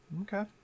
okay